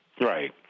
Right